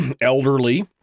elderly